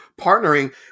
partnering